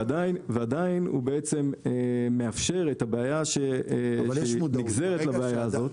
ועדיין הוא מאפשר את הבעיה שנגזרת מהבעיה הזו.